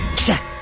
check.